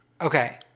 Okay